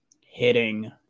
hitting